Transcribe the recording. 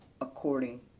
according